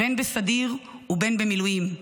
בין בסדיר ובין במילואים,